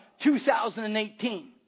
2018